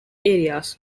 areas